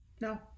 No